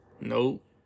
Nope